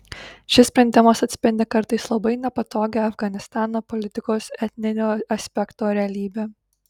šis sprendimas atspindi kartais labai nepatogią afganistano politikos etninio aspekto realybę